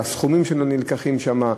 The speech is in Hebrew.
הסכומים שנלקחים שם,